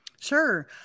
Sure